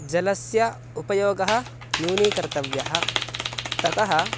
जलस्य उपयोगः न्यूनीकर्तव्यः ततः